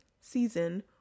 season